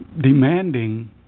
demanding